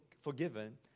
forgiven